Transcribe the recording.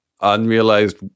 unrealized